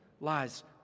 lies